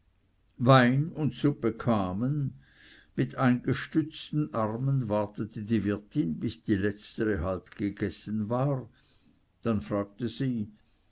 wein und suppe kamen mit eingestützten armen wartete die wirtin bis die letztere halb gegessen war dann fragte sie